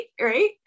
right